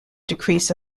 decrease